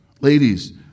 Ladies